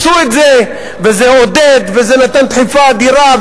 עשו את זה וזה עודד וזה נתן דחיפה אדירה,